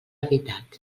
veritat